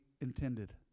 intended